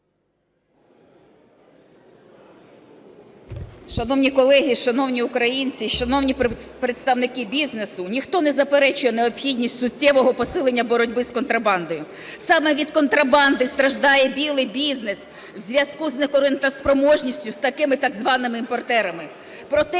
Шановні колеги, шановні українці, шановні представники бізнесу! Ніхто не заперечує необхідність суттєвого посилення боротьби з контрабандою. Саме від контрабанди страждає "білий" бізнес у зв'язку з неконкурентоспроможністю з такими так званими "імпортерами".